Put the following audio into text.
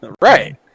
Right